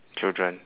children